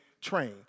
train